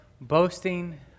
boasting